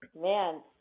man